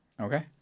Okay